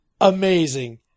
amazing